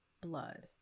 blood